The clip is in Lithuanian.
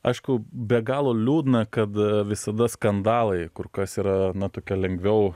aišku be galo liūdna kad visada skandalai kur kas yra na tokia lengviau